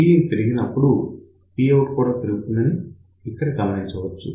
Pin పెరిగినప్పుడు Pout కూడా పెరుగుతుందని ఇక్కడ గమనించవచ్చు